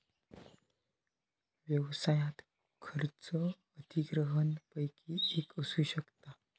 व्यवसायात खर्च अधिग्रहणपैकी एक असू शकता